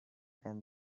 and